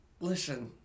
Listen